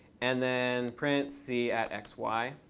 and then print c at x, y.